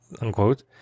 unquote